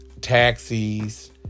taxis